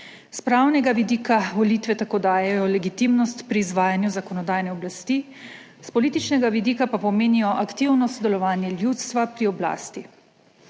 S pravnega vidika volitve tako dajejo legitimnost pri izvajanju zakonodajne oblasti. S političnega vidika pa pomenijo aktivno sodelovanje ljudstva pri oblasti.